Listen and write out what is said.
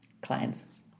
clients